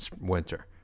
winter